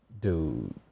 dude